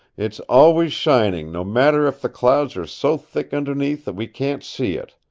it's always shining, no matter if the clouds are so thick underneath that we can't see it.